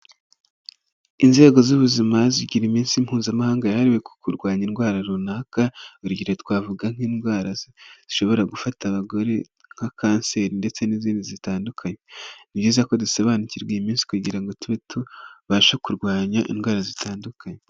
Inzego z'ubuzima zigira iminsi mpuzamahanga yahariwe ku kurwanya indwara runaka, urugero twavuga nk'indwara zishobora gufata abagore nka kanseri ndetse n'izindi zitandukanye, ni byiza ko dusobanukirwa iyi minsi kugira ngo tube tubashe kurwanya indwara zitandukanye.